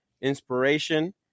inspiration